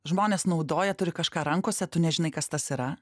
žmonės naudoja turi kažką rankose tu nežinai kas tas yra